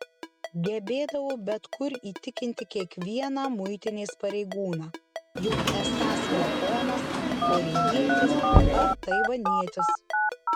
gebėdavo bet kur įtikinti kiekvieną muitinės pareigūną jog esąs japonas korėjietis ar taivanietis